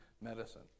medicine